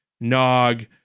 Nog